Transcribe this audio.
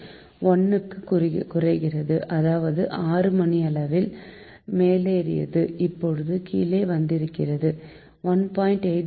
0 க்கு குறைகிறது அதாவது 6 மணிவரையில் மேலேறியது இப்போது கீழே வந்திருக்கிறது 1